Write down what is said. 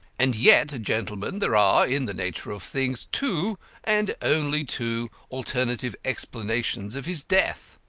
and yet, gentlemen, there are, in the nature of things, two and only two alternative explanations of his death.